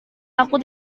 aku